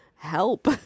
help